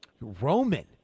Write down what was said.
Roman